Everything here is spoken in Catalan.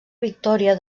victòria